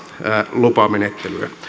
lupamenettelyä